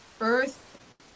earth